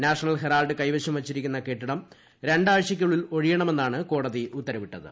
national Herald കൈവശം വച്ചിരിക്കുന്ന കെട്ടിടം രണ്ടാഴ്ചയ്ക്കുള്ളിൽ ഒഴിയണമെന്നാണ് കോടതി ഉത്തരവിട്ടത്